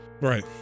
Right